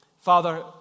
Father